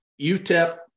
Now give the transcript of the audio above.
Utep